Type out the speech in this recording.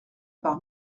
par